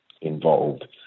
involved